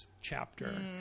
chapter